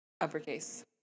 Uppercase